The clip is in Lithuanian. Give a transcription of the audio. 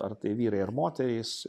ar tai vyrai ar moterys